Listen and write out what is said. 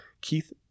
Keith